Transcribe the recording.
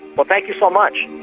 but thank you so much